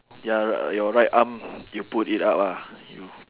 ya r~ your right arm you put it up ah you